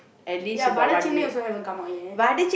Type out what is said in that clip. ya but other channel also haven't come out yet